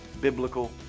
biblical